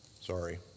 Sorry